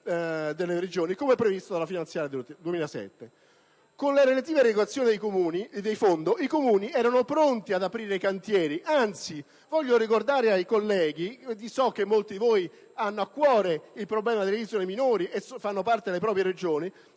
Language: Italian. unificata, come previsto dalla finanziaria 2008. Con le relative erogazioni del Fondo i Comuni erano pronti ad aprire i cantieri. Anzi, voglio ricordare ai colleghi - e so che molti di voi hanno a cuore il problema delle isole minori che fanno parte delle vostre Regioni